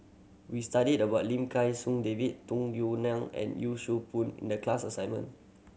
we studied about Lim David Tung Yue Nang and Yee Siew Pun in the class assignment